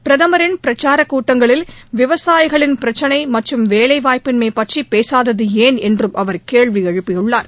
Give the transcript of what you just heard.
பிரதமரின் பிரச்சாரக் கூட்டங்களில் விவசாயிகளின் பிரச்னை மற்றும் வேலை வாய்ப்பின்மை பற்றி பேசாதது ஏன் என்றும் அவர் கேள்வி எழுப்பினார்